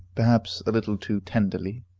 perhaps a little too tenderly,